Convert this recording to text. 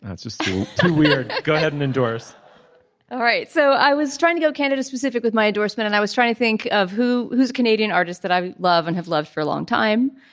it's just too weird. go ahead and endorse all right. so i was trying to go candidate specific with my endorsement and i was trying to think of who who's canadian artists that i love and have loved for a long time.